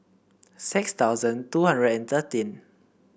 six thousand two hundred and thirteen